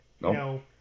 no